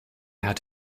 had